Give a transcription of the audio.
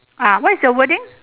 ah what is your wording